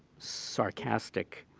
sarcastic,